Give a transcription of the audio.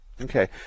Okay